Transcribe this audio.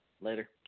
Later